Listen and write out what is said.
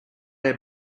air